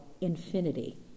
infinity